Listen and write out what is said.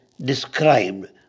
described